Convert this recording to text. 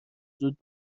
زود